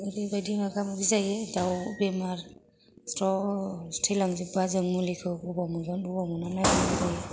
ओरैबायदि मोगा मोगि जायो दाउ बेमार स्र' थैलांजोबबा जों मुलिखौ बबाव मोनगोन बबाव मोना नागिरनाय जायो